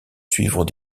suivre